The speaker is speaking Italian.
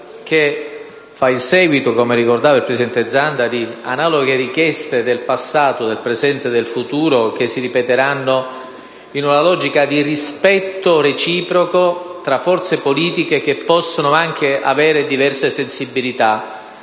che fa il seguito - come ha testé ricordato il presidente Zanda - ad analoghe richieste del passato e a quelle del futuro che si ripeteranno in una logica di rispetto reciproco tra forze politiche che possono nutrire diverse sensibilità.